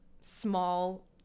small